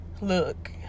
Look